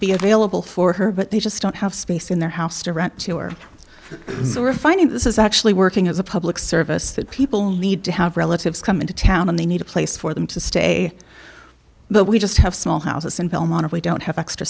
be available for her but they just don't have space in their house to rent to or we're finding this is actually working as a public service that people need to have relatives come into town and they need a place for them to stay but we just have small houses in belmont if we don't have extra